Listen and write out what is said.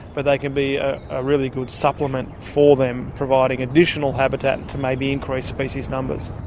but they can be a really good supplement for them, providing additional habitat to maybe increase species numbers.